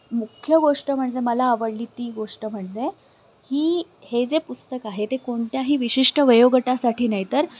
मुख्य गोष्ट म्हणजे मला आवडली ती गोष्ट म्हणजे की हे जे पुस्तक आहे ते कोणत्याही विशिष्ट वयोगटासाठी नाही तर